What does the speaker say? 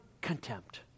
contempt